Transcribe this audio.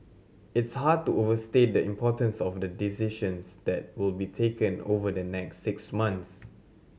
it's hard to overstate the importance of the decisions that will be taken over the next six months